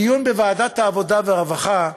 בדיון בוועדת העבודה והרווחה,